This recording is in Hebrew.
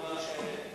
איפה זה עומד?